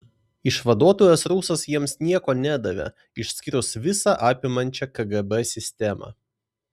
išvaduotojas rusas jiems nieko nedavė išskyrus visa apimančią kgb sistemą